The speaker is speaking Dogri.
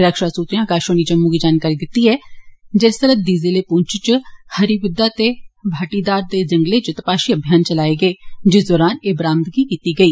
रक्षा सूत्रें आकाशवाणी जम्मू गी जानकारी दित्ती जे सरहदी जिले पुंछ च हरि बुद्धा ते भाटीधार दे जंगलें च तपाशी अभियान चलाए गे जिस दरान एह् बरामदगी कीती गेई